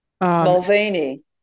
Mulvaney